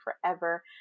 forever